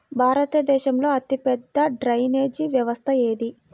భారతదేశంలో అతిపెద్ద డ్రైనేజీ వ్యవస్థ ఏది?